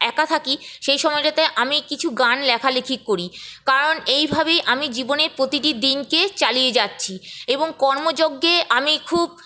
একা থাকি সেই সময়টাতে আমি কিছু গান লেখালেখি করি কারণ এইভাবেই আমি জীবনের প্রতিটি দিনকে চালিয়ে যাচ্ছি এবং কর্মযজ্ঞে আমি খুব